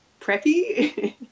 preppy